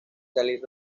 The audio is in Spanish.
salir